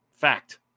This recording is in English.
Fact